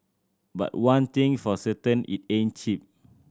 but one thing for certain it ain't cheap